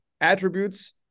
attributes